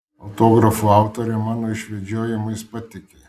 autografų autorė mano išvedžiojimais patiki